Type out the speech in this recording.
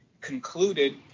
concluded